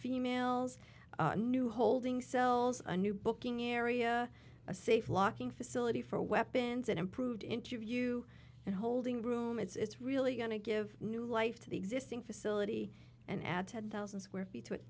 females new holding cells a new booking area a safe locking facility for weapons an improved interview and holding room it's really going to give new life to the existing facility and add ten thousand square feet fo